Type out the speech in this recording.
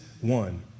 one